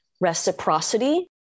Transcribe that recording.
reciprocity